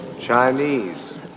Chinese